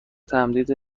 تمدید